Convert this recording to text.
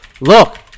look